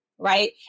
Right